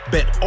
Bet